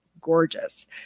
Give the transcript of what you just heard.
gorgeous